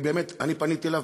אני פניתי אליו